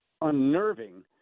unnerving